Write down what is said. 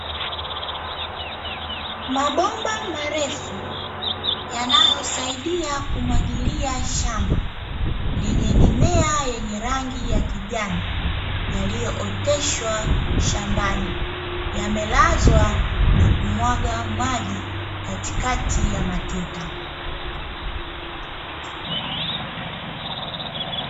Mabomba marefu yanayo saidia kumwagilia shamba lenye mimea yenye rangi ya kijani yaliyooteshwa shambani, yamelazwa nakumwaga maji katikati ya matuta.